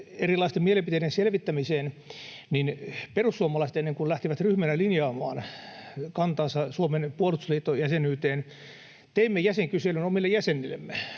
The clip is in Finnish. erilaisten mielipiteiden selvittämiseen, niin perussuomalaiset, ennen kuin lähtivät ryhmänä linjaamaan kantaansa Suomen puolustusliittojäsenyyteen, teki jäsenkyselyn omille jäsenilleen.